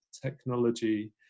technology